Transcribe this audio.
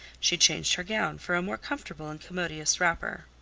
she changed her gown for a more comfortable and commodious wrapper.